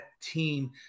team